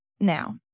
now